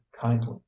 kindly